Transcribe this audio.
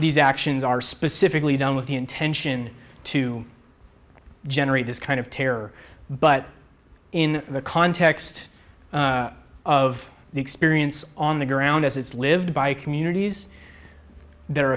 these actions are specifically done with the intention to generate this kind of terror but in the context of the experience on the ground as it's lived by communities that are